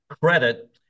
credit